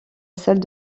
salle